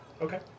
Okay